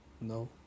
no